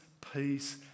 peace